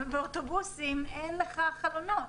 באוטובוסים אין לך חלונות